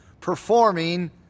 performing